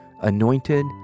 anointed